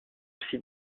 aussi